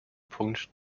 punkt